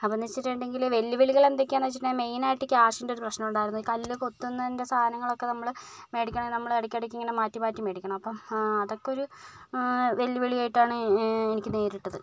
അപ്പോഴെന്ന് വെച്ചിട്ടുണ്ടെങ്കിൽ വെല്ലുവിളികൾ എന്തൊക്കെയാണെന്ന് വെച്ചിട്ടുണ്ടെങ്കിൽ മെയിനായിട്ട് ക്യാഷിൻ്റെ ഒരു പ്രശ്നമുണ്ടായിരുന്നു കല്ല് കൊത്തുന്നതിൻ്റെ സാധനങ്ങളൊക്കെ നമ്മൾ മേടിക്കണമെങ്കിൽ നമ്മൾ ഇടയ്ക്കിടയ്ക്ക് ഇങ്ങനെ മാറ്റി മാറ്റി മേടിക്കണം അപ്പം അതൊക്കെ ഒരു വെല്ലുവിളി ആയിട്ടാണ് എനിക്ക് നേരിട്ടത്